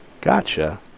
Gotcha